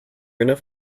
enough